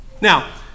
Now